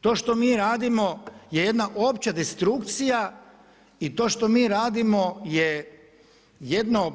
To što mi radimo je jedna opća destrukcija i to što mi radimo je jedno